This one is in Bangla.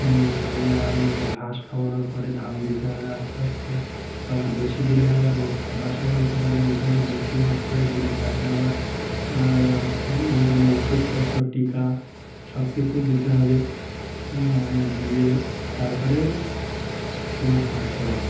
ঘাস খাওয়ানোর পরে ধান দিতে হবে আস্তে আস্তে আবার বেশি দিলে আবার রোগ বাসা বঁধতে পারে ওই জন্য বেশি মাত্রায় দিলে তাকে আবার ও মানে ওষুধপত্র টিকা সব কিছুই দিতে হবে দিয়ে তারপরে তোমার সটতে হবে